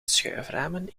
schuiframen